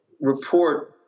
report